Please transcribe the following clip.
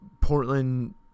portland